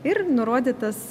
ir nurodytas